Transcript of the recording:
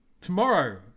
Tomorrow